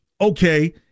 okay